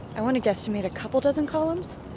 i want to guesstimate, a couple dozen columns?